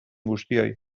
guztioi